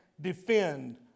defend